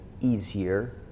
easier